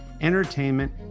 entertainment